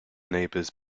neighbours